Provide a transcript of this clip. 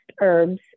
herbs